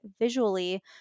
visually